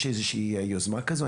יש איזושהי יוזמה כזו?